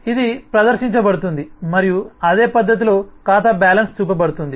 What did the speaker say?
ఇది ప్రదర్శించబడుతుంది మరియు అదే పద్ధతిలో ఖాతా బ్యాలెన్స్ చూపబడుతుంది